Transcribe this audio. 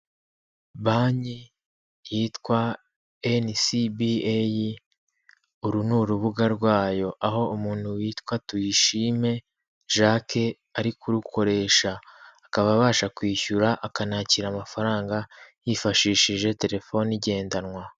Banki yitwa NCBA uru ni urubuga rwayo aho umuntu witwa Tuyishime Jacques ari kurukoresha akaba abasha kwishyura akanakira amafaranga yifashishije telefoni igendanwa.